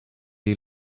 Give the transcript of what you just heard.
die